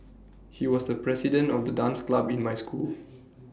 he was the president of the dance club in my school